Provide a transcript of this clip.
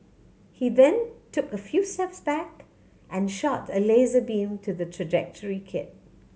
he then took a few steps back and shot a laser beam to the trajectory kit